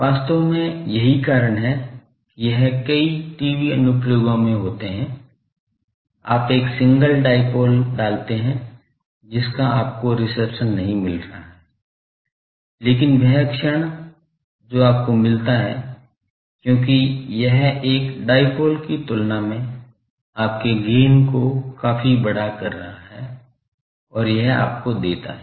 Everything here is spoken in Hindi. वास्तव में यही कारण है कि यह कई टीवी अनुप्रयोगों में होते हैं आप एक सिंगल डाईपोल डालते हैं जिसका आपको रिसेप्शन नहीं मिल रहा है लेकिन वह क्षण जो आपको मिलता है क्योंकि यह एक डाईपोल की तुलना में आपके गेन को काफी बड़ा कर रहा है और यह आपको देता है